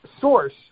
source